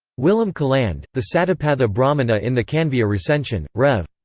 willem caland, the satapatha brahmana in the kanviya recension, rev.